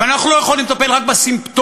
ואנחנו לא יכולים לטפל רק בסימפטומים.